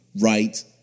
right